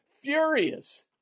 furious